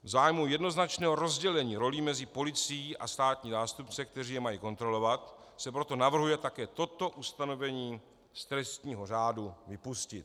V zájmu jednoznačného rozdělení rolí mezi policií a státní zástupce, kteří je mají kontrolovat, se proto navrhuje také toto ustanovení z trestního řádu vypustit.